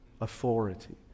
Authority